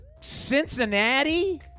Cincinnati